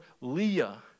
Leah